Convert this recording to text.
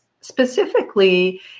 specifically